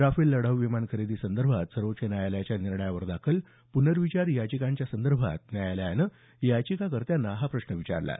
Rafale लढाऊ विमान खरेदी संदर्भात सर्वोच्च न्यायालयाच्या निर्णयावर दाखल पुनर्विचार याचिकांच्या संदर्भात न्यायालयानं याचिकाकर्त्यांना हा प्रश्न विचारला आहे